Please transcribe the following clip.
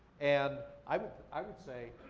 and, i would i would say,